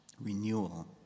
Renewal